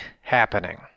happening